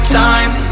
time